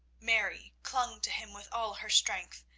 mary clung to him with all her strength,